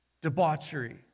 debauchery